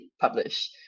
publish